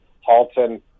Halton